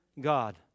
God